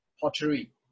pottery